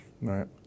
Right